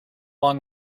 long